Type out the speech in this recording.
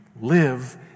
live